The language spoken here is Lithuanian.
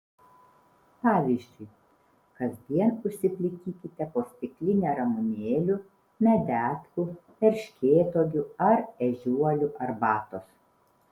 pavyzdžiui kasdien užsiplikykite po stiklinę ramunėlių medetkų erškėtuogių ar ežiuolių arbatos